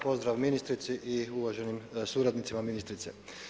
Pozdrav ministrici i uvaženim suradnicima ministrice.